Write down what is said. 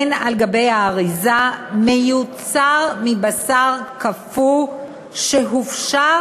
על גבי האריזה "מיוצר מבשר קפוא שהופשר,